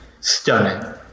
stunning